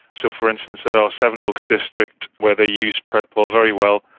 so, for instance, at our sevenoaks district where they use predpol very well,